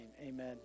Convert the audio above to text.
Amen